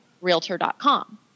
realtor.com